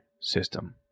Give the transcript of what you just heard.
system